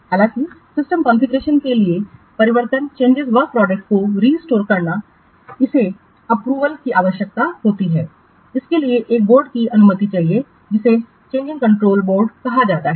हालांकि system configuration के लिए परिवर्तित वर्क प्रोडक्टस को रिस्टोर करना इसे अप्रूवल की आवश्यकता है इसके लिए एक बोर्ड की अनुमति चाहिए जिसे चेंजिंस कंट्रोल बोर्ड कहा जाता है